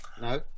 no